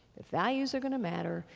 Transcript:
if values are going to matter,